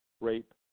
rape